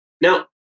now